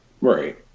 Right